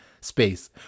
space